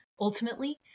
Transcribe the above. ultimately